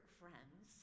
friends